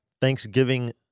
Thanksgiving